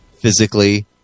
physically